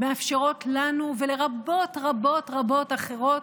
מאפשרת לנו ולרבות רבות רבות אחרות,